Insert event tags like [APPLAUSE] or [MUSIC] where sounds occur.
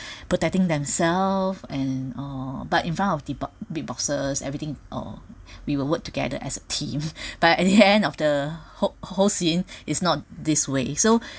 protecting themselves and uh but in front of the big boss big bosses everything uh we will work together as a team [LAUGHS] but at the end of the whole whole scene is not this way so